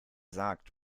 sagt